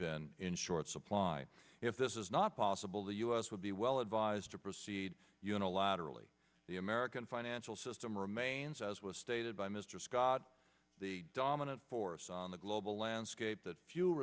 been in short supply if this is not possible the us would be well advised to proceed unilaterally the american financial system remains as was stated by mr scott the dominant force on the global landscape that f